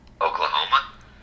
Oklahoma